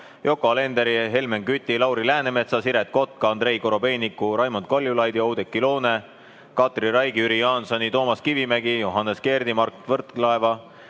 Yoko Alenderi, Helmen Küti, Lauri Läänemetsa, Siret Kotka, Andrei Korobeiniku, Raimond Kaljulaidi, Oudekki Loone, Katri Raigi, Jüri Jaansoni, Toomas Kivimägi, Johannes Kerdi, Mart Võrklaeva,